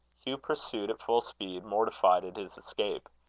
hugh pursued at full speed, mortified at his escape.